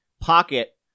pocket